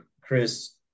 chris